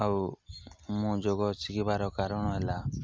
ଆଉ ମୁଁ ଯୋଗ ଶିଖିବାର କାରଣ ହେଲା